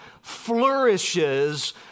flourishes